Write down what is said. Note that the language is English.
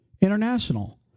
international